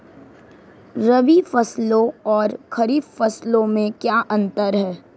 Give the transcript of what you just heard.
रबी फसलों और खरीफ फसलों में क्या अंतर है?